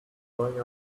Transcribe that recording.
crying